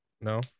No